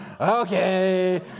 Okay